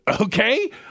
Okay